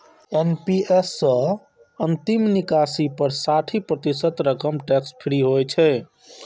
NPS सं अंतिम निकासी पर साठि प्रतिशत रकम टैक्स फ्री होइ छै